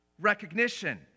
recognition